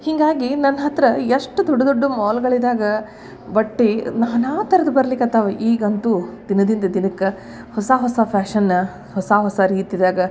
ಹೀಗಾಗಿ ನನ್ನ ಹತ್ತಿರ ಎಷ್ಟು ದೊಡ್ಡ ದೊಡ್ಡ ಮಾಲ್ಗಳಿದ್ದಾಗ ಬಟ್ಟೆ ನಾನಾ ಥರದ್ದು ಬರ್ಲಿಕ್ಕತ್ತಾವು ಈಗಂತೂ ದಿನದಿಂದ ದಿನಕ್ಕೆ ಹೊಸ ಹೊಸ ಫ್ಯಾಷನ್ನ ಹೊಸ ಹೊಸ ರೀತಿದಾಗ